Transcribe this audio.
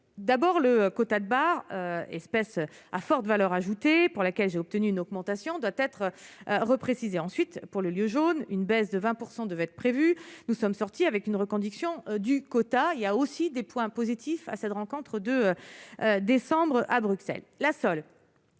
d'abord le quota de bar espèce à forte valeur ajoutée pour laquelle j'ai obtenu une augmentation doit être repréciser ensuite pour le lieu jaune, une baisse de 20 % devait être prévu, nous sommes sortis avec une reconduction du quota il y a aussi des points positifs à cette rencontre de décembre à Bruxelles, la seule